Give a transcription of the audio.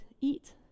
eat